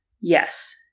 Yes